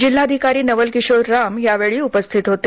जिल्हाधिकारी नवल किशोर राम यावेळी उपस्थित होते